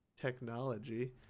technology